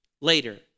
later